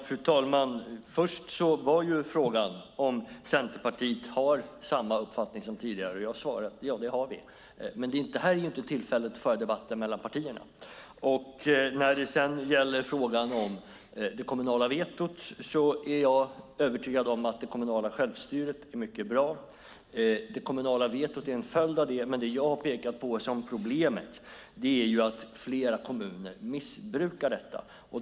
Fru talman! Först var frågan om Centerpartiet har samma uppfattning som tidigare. Jag har svarat att vi har det. Men detta är inte tillfället att föra debatten mellan partierna. När det sedan gäller det kommunala vetot är jag övertygad om att det kommunala självstyret är mycket bra. Det kommunala vetot är en följd av det. Vad jag har pekat på som problemet är att flera kommuner missbrukar detta.